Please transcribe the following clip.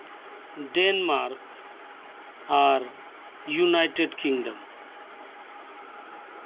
Denmark ᱟᱨ United Kingdom